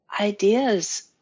ideas